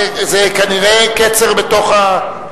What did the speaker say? זה כנראה קצר בתוך,